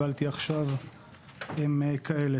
שקיבלתי עכשיו הם כאלה.